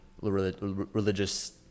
religious